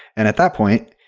and at that point,